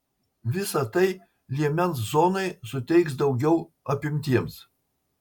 visa tai liemens zonai suteiks daugiau apimtiems